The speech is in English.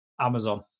Amazon